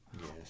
yes